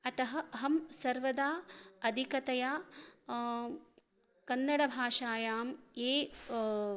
अतः अहं सर्वदा अधिकतया कन्नडभाषायां ये